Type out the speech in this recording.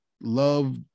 love